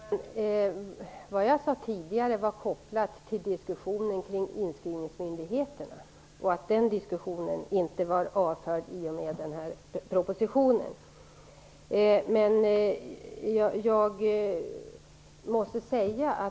Herr talman! Det jag tidigare sade var kopplat till diskussionen om inskrivningsmyndigheterna. Den diskussionen är inte avförd i och med propositionen.